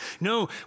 No